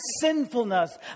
sinfulness